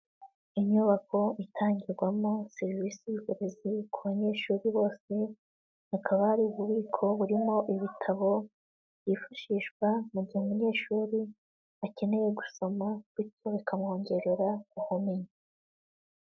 Inyubako itangirwamo serivisi y'uburezi ku banyeshuri bose, akaba ari ububiko burimo ibitabo byifashishwa mu gihe umunyeshuri akeneye gusoma, bityo bikamwongerera ubumenyi.